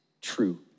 true